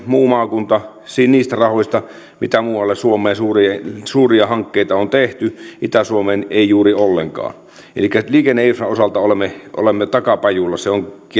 muu maakunta olemme jääneet jalkoihin niistä rahoista mitä muualle suomeen suuria hankkeita on tehty itä suomeen ei juuri ollenkaan elikkä liikenneinfran osalta olemme olemme takapajula se on